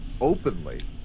openly